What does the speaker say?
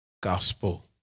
gospel